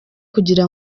kugira